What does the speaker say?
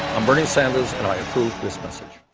bernie sanders and i approve this message.